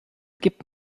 gibt